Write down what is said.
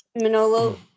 Manolo